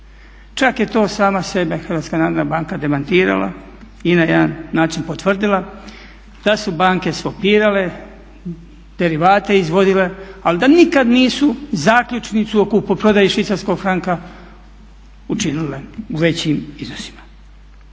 Čak je to sama sebe HNB demantirala i na jedan način potvrdila da su banke … derivate izvodile, ali da nikad nisu zakupnicu o kupoprodaji švicarskog franka učinile u većim iznosima.